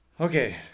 Okay